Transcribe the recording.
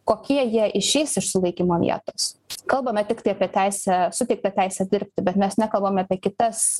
kokie jie išeis iš sulaikymo vietos kalbame tiktai apie teisę suteiktą teisę dirbti bet mes nekalbame apie kitas